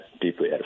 deeply